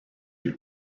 you